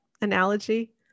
analogy